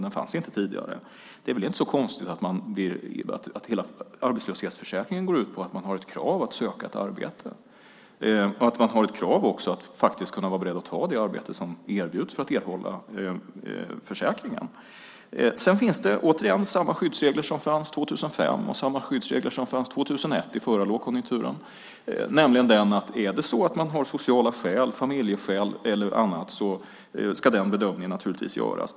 Den fanns inte tidigare. Det är väl inte så konstigt att hela arbetslöshetsförsäkringen går ut på att det ställs krav på att man söker ett arbete och att det också ställs krav på att man får vara beredd att ta det arbete som erbjuds för att erhålla försäkringen. Sedan finns det, återigen, samma skyddsregler som fanns 2005 och samma skyddsregler som fanns 2001 under den förra lågkonjunkturen och som innebär att om man har sociala skäl, familjeskäl eller annat, ska en bedömning naturligtvis göras.